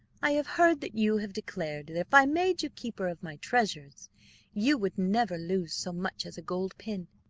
i have heard that you have declared that if i made you keeper of my treasures you would never lose so much as a gold pin.